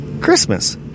Christmas